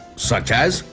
such as.